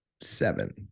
Seven